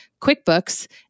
quickbooks